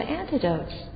antidotes